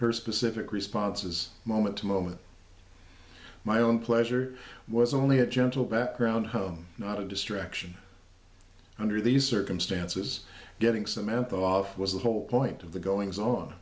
her specific responses moment to moment my own pleasure was only a gentle background home not a distraction under these circumstances getting samantha off was the whole point of the goings on